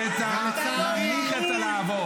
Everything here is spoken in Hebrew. גדול המסיתים קרא לראש הממשלה נבל.